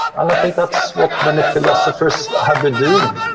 and i think that's what many philosophers have been doing,